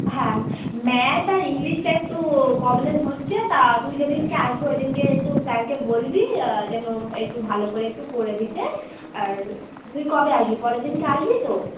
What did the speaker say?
হ্যাঁ ম্যাথ আর ইংলিশটা একটু প্রবলেম হচ্ছে তা তুই যেদিনকে আসবি ওই দিনকে একটু স্যারকে বলবি যেন একটু ভালো করে একটু করে দিতে আর তুই কবে আসবি পরের দিনকে আসবি তো